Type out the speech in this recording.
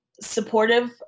supportive